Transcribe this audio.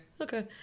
Okay